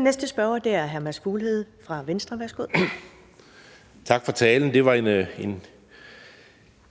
næste spørger er hr. Mads Fuglede fra Venstre. Værsgo. Kl. 10:19 Mads Fuglede (V): Tak for talen, det var